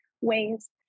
ways